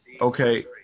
Okay